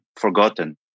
forgotten